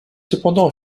cependant